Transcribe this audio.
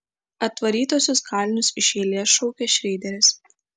atvarytuosius kalinius iš eilės šaukia šreideris